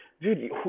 Dude